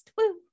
Woo